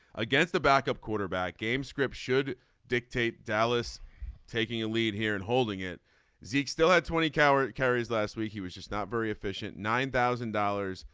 against the backup quarterback game script should dictate dallas taking a lead here and holding it zeke still at twenty cowan carries last week he was just not very efficient. nine thousand dollars.